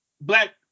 black